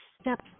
step